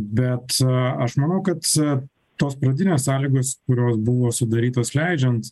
bet aš manau kad tos pradinės sąlygos kurios buvo sudarytos leidžiant